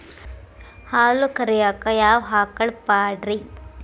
ಹಾಲು ಕರಿಯಾಕ ಯಾವ ಆಕಳ ಪಾಡ್ರೇ?